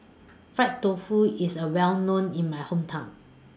Fried Tofu IS A Well known in My Hometown